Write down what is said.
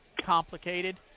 complicated